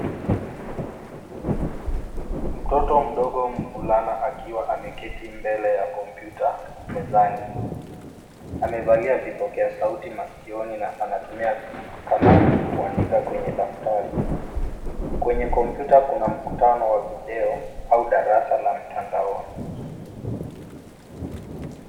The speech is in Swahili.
Mtoto mdogo mvulana akiwa ameketi mbele ya kompyuta mezani. Amevalia vipokea sauti masikioni na anatumia kalamu kuandika kwenye daftari. Kwenye kompyuta kuna mkutano wa video au darasa la mtandaoni.